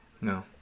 No